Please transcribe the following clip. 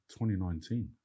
2019